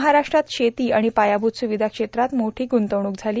महाराष्ट्रात शेती आणि पायाभूत सुविधा क्षेत्रात मोठी गुंतवणूक झाली